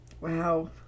Wow